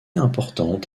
importante